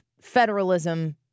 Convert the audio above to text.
federalism